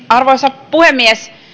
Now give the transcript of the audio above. arvoisa puhemies